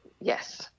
yes